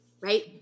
right